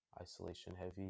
isolation-heavy